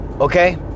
okay